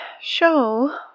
Show